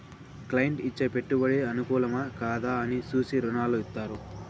client ఇచ్చే పెట్టుబడి అనుకూలమా, కాదా అని చూసి రుణాలు ఇత్తారు